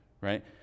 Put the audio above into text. right